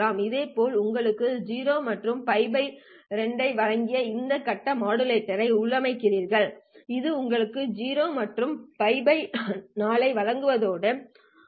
இதேபோல் உங்களுக்கு 0 மற்றும் π 2 ஐ வழங்க இந்த கட்ட மாடுலேட்டரை உள்ளமைக்கிறீர்கள் இது உங்களுக்கு 0 மற்றும் π 4 ஐ வழங்குவதோடு ஐ